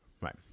right